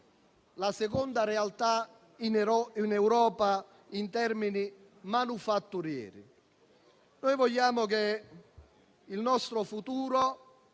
la seconda realtà in Europa in termini manifatturieri. Noi vogliamo che il nostro futuro